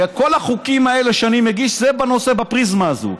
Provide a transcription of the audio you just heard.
כל החוקים האלה שאני מגיש, זה בפריזמה הזאת.